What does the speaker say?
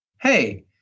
Hey